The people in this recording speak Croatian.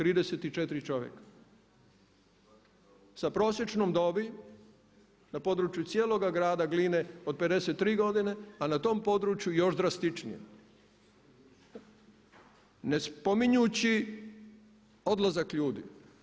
34 čovjeka sa prosječnom dobi na području cijeloga grada Gline od 53 godine, a na tom području još drastičnije, ne spominjući odlazak ljudi.